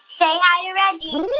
say hi to reggie